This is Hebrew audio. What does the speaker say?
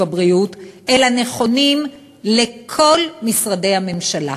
הבריאות אלא נכונים לכל משרדי הממשלה.